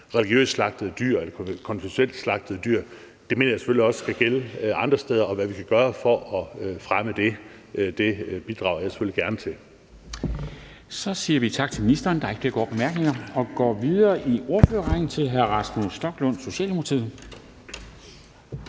religiøst slagtede dyr eller konventionelt slagtede dyr. Det mener jeg selvfølgelig også skal gælde andre steder. Og hvad vi kan gøre for at fremme det, bidrager jeg selvfølgelig gerne til. Kl. 10:19 Formanden (Henrik Dam Kristensen): Så siger vi tak til ministeren. Der er ikke flere korte bemærkninger, og vi går videre i ordførerrækken til hr. Rasmus Stoklund, Socialdemokratiet.